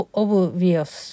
obvious